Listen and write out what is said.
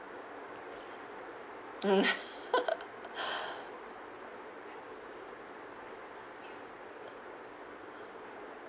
mm